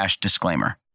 disclaimer